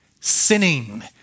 sinning